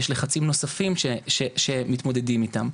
יש לחצים נוספים שמתמודדים איתם.